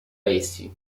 essi